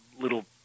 little